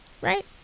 Right